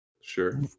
Sure